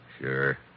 Sure